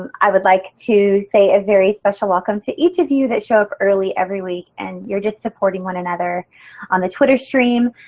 i would like to say a very special welcome to each of you that show up early every week and you're just supporting one another on the twitter stream.